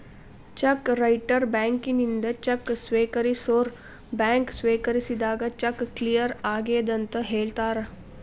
check writer ಬ್ಯಾಂಕಿನಿಂದ cheque ಸ್ವೇಕರಿಸೋರ್ bank ಸ್ವೇಕರಿಸಿದಾಗ ಚೆಕ್ ಕ್ಲಿಯರ್ ಆಗೆದಂತ ಹೇಳ್ತಾರ